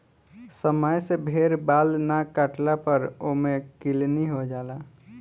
समय से भेड़ बाल ना काटला पर ओमे किलनी हो जाला